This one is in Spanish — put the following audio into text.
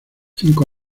cinco